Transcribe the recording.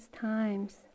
times